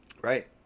Right